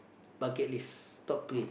bucket list top three